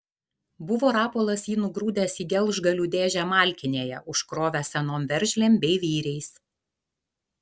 buvo rapolas jį nugrūdęs į gelžgalių dėžę malkinėje užkrovęs senom veržlėm bei vyriais